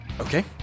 Okay